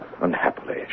Unhappily